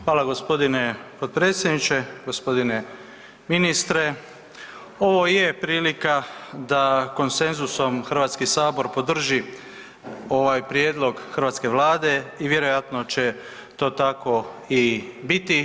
Hvala g. potpredsjedniče, g. ministre, ovo je prilika da konsenzusom Hrvatski sabor podrži ovaj prijedlog hrvatske Vlade i vjerojatno će to tako i biti.